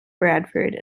bradford